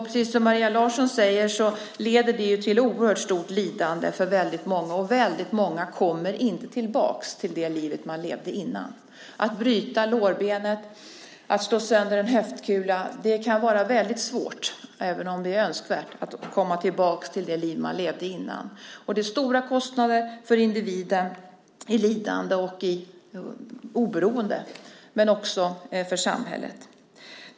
Precis som Maria Larsson säger leder det till oerhört stort lidande för väldigt många, och väldigt många kommer inte tillbaka till det liv de levde innan. Efter att man brutit lårbenet eller slagit sönder en höftkula kan det vara väldigt svårt, även om det är önskvärt, att komma tillbaka till det liv man levde innan. Det är stora kostnader för individen i form av lidande och beroende men också för samhället.